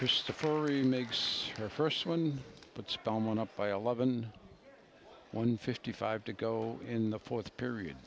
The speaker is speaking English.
christopher already meigs her first one but spellman up by eleven one fifty five to go in the fourth period